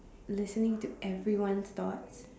listening to everyone's thoughts